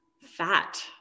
fat